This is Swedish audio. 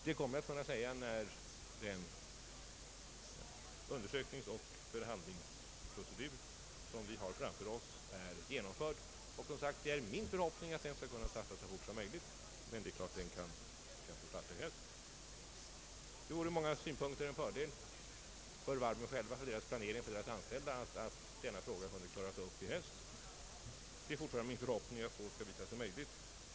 Det kommer jag att kunna säga när den undersökningsoch = förhandlingsprocedur som vi har framför oss är genomförd. Det är min förhoppning att den skall kunna starta så fort som möjligt. Det vore ur många synpunkter en fördel för varven själva, deras planering och deras anställda att denna fråga kunde klaras upp i höst. Det är min förhoppning att så skall visa sig möjligt.